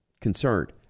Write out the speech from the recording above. concerned